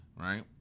Right